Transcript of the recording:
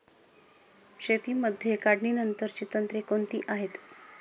शेतीमध्ये काढणीनंतरची तंत्रे कोणती आहेत?